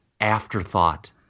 Afterthought